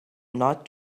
not